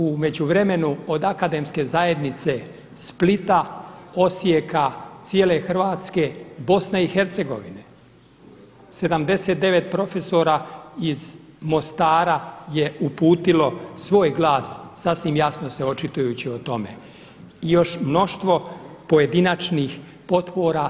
U međuvremenu od Akademske zajednice Splita, Osijeka, cijele Hrvatske, Bosne i Hercegovine 79 profesora iz Mostara je uputilo svoj glas sasvim jasno se očitujući o tome i još mnoštvo pojedinačnih potpora.